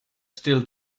still